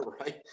right